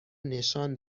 نشان